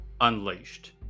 unleashed